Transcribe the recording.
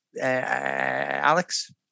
Alex